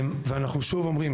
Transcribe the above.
אנחנו שוב אומרים,